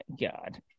god